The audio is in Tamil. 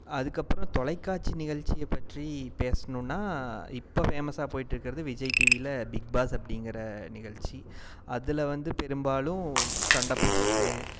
அதுக்கப்புறம் தொலைக்காட்சி நிகழ்ச்சியைப்பற்றி பேசணுன்னா இப்போ ஃபேமஸாக போய்ட்டு இருக்கிறது விஜய் டிவியில பிக்பாஸ் அப்படிங்கற நிகழ்ச்சி அதில் வந்து பெரும்பாலும் சண்டைப்போடறது